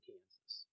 Kansas